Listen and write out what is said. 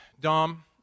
Dom